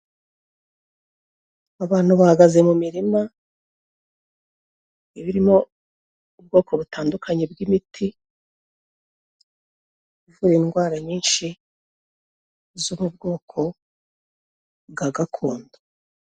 Abantu bahagaze mu mirima, ibirimo ubwoko butandukanye bw'imiti, ivura indwara nyinshi, zo mu bwoko bwa gakondo.